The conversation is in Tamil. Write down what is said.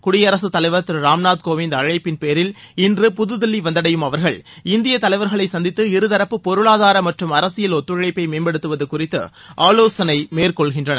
குடியரசுத்தலைவர் திரு ராம்நாத்கோவிந்த் அழைப்பின்பேரில் புதுதில்லி வந்தடையும் இன்று அவர்கள் இந்திய தலைவர்களை சந்தித்து இருதரப்பு பொருளாதார மற்றும் அரசியல் ஒத்துழைப்பை மேம்படுத்துவது குறித்து ஆலோசனை மேற்கொள்கின்றனர்